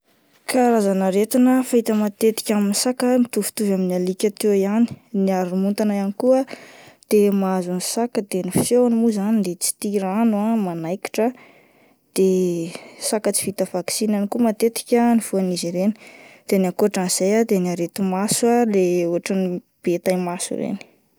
Karazana aretina fahita matetika amin'ny saka mitovitovy amin'ny alika teo ihany, ny haromontana ihany koa dia mahazo ny saka dia ny fisehony moa zany de tsy tia rano ah, manaikitra, de saka tsy vita vaksiny ihany koa matetika no voan'izy ireny, de ny akoatrin'izay de ny areti-maso le otran'ny be taimaso ireny.